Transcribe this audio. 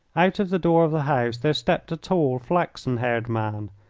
out of the door of the house there stepped a tall, flaxen-haired man,